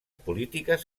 polítiques